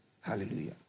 Hallelujah